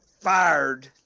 fired